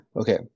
Okay